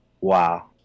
Wow